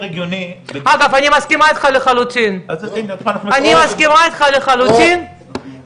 אני בתכנית משביחה במתחם פינוי בינוי.